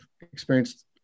experienced